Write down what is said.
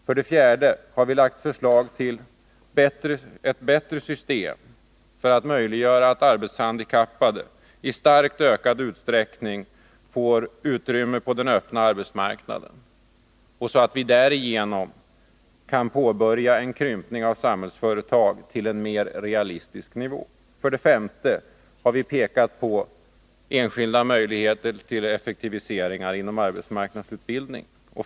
För det fjärde har vi lagt fram förslag till ett bättre system för att möjliggöra för arbetshandikappade att i starkt ökad utsträckning få utrymme på den öppna arbetsmarknaden, så att vi därigenom kan påbörja en krympning av Samhällsföretag till en mer realistisk nivå. För det femte har vi pekat på enskilda möjligheter till effektiviseringar inom arbetsmarknadsutbildningen.